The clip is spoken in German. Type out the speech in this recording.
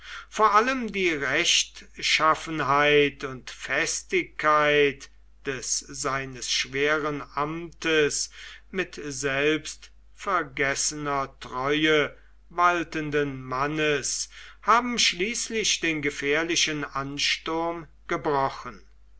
vor allem die rechtschaffenheit und festigkeit des seines schweren amtes mit selbstvergessener treue waltenden mannes haben schließlich den gefährlichen ansturm gebrochen